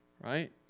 right